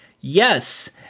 Yes